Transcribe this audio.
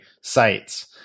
sites